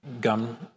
Gum